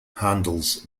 handles